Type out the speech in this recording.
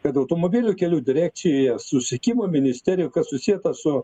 kad automobilių kelių direkcija susisiekimo ministerija kas susieta su